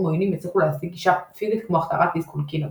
עוינים יצליחו להשיג גישה פיזית כמו החדרת דיסק און קי נגוע.